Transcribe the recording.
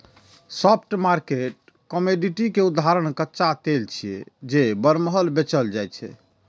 spot market commodity के उदाहरण कच्चा तेल छियै, जे बरमहल बेचल जाइ छै